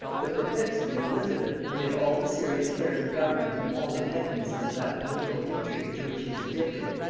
the propensity of elizabeth, amid all the serious cares of government and all the pettinesses of that political intrigue to which she was addicted,